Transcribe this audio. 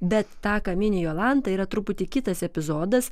bet tą ką mini jolanta yra truputį kitas epizodas